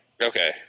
Okay